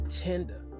tender